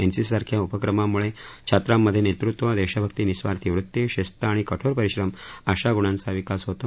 NCC सारख्या उपक्रमामुळे छात्रांमधे नेतृत्व देशभक्ती निस्वार्थी वृत्ती शिस्त आणि कठोर परिश्रम अशा गुणांचा विकास होतो